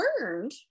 learned